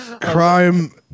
crime